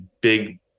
big